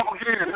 again